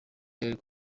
hillary